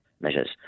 measures